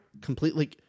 completely